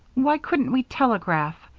why couldn't we telegraph?